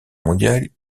mondiale